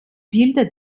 bilder